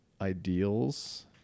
ideals